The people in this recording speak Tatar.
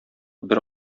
бер